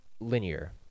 linear